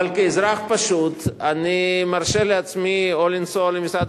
אבל כאזרח פשוט אני מרשה לעצמי או לנסוע למשרד